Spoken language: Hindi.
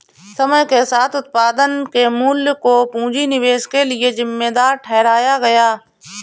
समय के साथ उत्पादन के मूल्य को पूंजी निवेश के लिए जिम्मेदार ठहराया गया